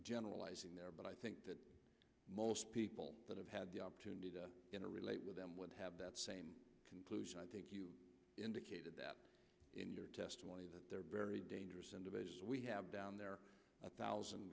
generalizing there but i think that most people that have had the opportunity to interrelate with them would have that same conclusion i think you indicated that in your testimony that there are very dangerous individuals we have down there a thousand